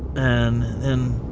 and and